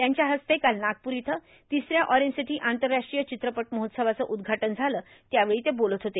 त्यांच्या हस्ते काल नागपूर इथं तिसऱ्या ऑरेंज सिटी आंतरराष्ट्रीय चित्रपट महोत्सवाचं उद्घाटन झालं तेव्हा ते बोलत होते